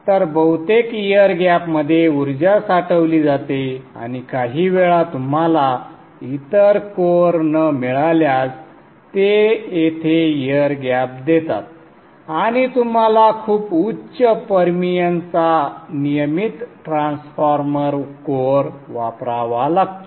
तर बहुतेक एअर गॅपमध्ये ऊर्जा साठवली जाते आणि काहीवेळा तुम्हाला इतर कोअर न मिळाल्यास ते येथे एअर गॅप देतात आणि तुम्हाला खूप उच्च परमिअन्स चा नियमित ट्रान्सफॉर्मर कोअर वापरावा लागतो